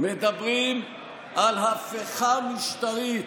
מדברים על הפיכה משטרית.